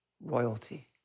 royalty